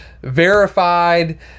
verified